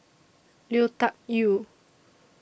Lui Tuck Yew